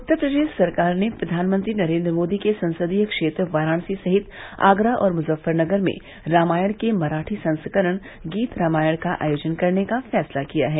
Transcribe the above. उत्तर प्रदेश सरकार ने प्रधानमंत्री नरेन्द्र मोदी के संसदीय क्षेत्र वाराणसी सहित आगरा और मुजफ्फरनगर में रामायण के मराठी संस्करण गीत रामायण का आयोजन करने का फैसला किया है